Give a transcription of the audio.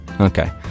okay